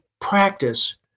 practice